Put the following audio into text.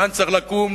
כאן צריכה לקום,